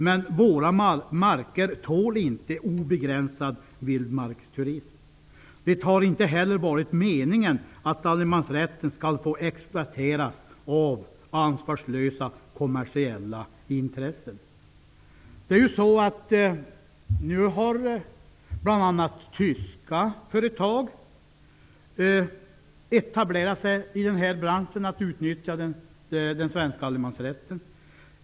Men våra marker tål inte obegränsad vildmarksturism. Det har inte heller varit meningen att allemansrätten skall få exploateras av ansvarslösa kommersiella intressen. Nu har bl.a. tyska företag etablerat sig i den här branschen, och de utnyttjar den svenska allemansrätten.